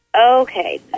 Okay